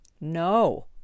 No